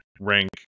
rank